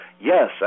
yes